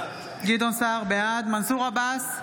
בעד מנסור עבאס,